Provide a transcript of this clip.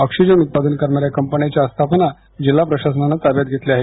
oxygen उत्पादन करणाऱ्या कंपन्यांच्या अस्थापना जिल्हा प्रशासनाने ताब्यात घेतल्या आहेत